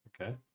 Okay